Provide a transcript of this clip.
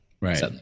Right